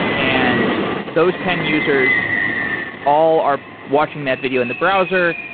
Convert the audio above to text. and those ten users all are watching that video in the browser,